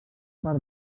per